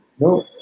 No